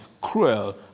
cruel